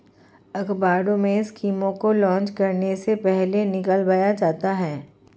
अखबारों में स्कीमों को लान्च करने से पहले निकलवाया जाता है